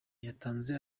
yatanze